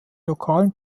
lokalen